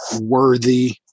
worthy